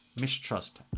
mistrust